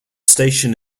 station